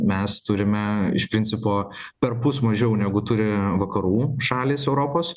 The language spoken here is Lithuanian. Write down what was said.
mes turime iš principo perpus mažiau negu turi vakarų šalys europos